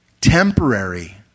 Temporary